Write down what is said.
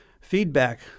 feedback